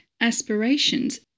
aspirations